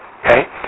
Okay